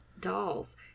dolls